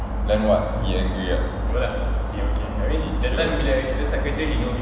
then what he angry ah